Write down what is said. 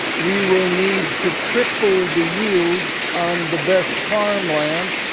we will need to triple the yields on the best farmland,